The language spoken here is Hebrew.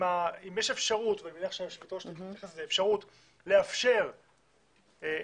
יש אפשרות ואני מניח שהיושבת-ראש תתייחס לזה לאפשר את